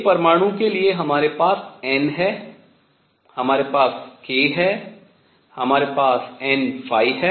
एक परमाणु के लिए हमारे पास n है हमारे पास k है हमारे पास n है